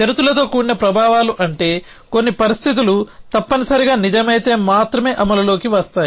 షరతులతో కూడిన ప్రభావాలు అంటే కొన్ని పరిస్థితులు తప్పనిసరిగా నిజమైతే మాత్రమే అమలులోకి వస్తాయి